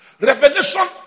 Revelation